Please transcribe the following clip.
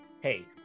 Hey